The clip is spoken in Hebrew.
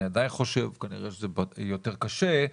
אבל כנראה שזה יותר קשה.